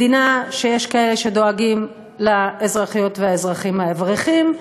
מדינה שיש כאלה שדואגים לאזרחיות והאזרחים האברכים,